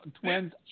Twins